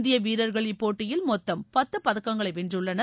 இந்திய வீரர்கள் இப்போட்டியில் மொத்தம் பத்து பதக்கங்களை வென்றுள்ளனர்